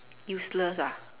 useless ah